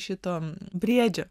šito briedžio